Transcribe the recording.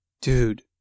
Dude